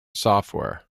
software